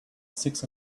six